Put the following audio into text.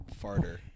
farter